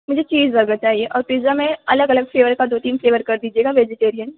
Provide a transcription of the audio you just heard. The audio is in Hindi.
मुझे चीज़ बर्गर चाहिए और पिज़्ज़ा में अलग अलग फ़्लेवर का दो तीन फ़्लेवर कर दीजिएगा वेजिटेरियन